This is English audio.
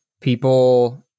people